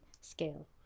scale